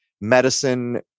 medicine